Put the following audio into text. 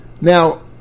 Now